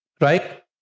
Right